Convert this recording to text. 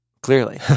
clearly